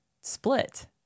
split